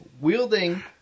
wielding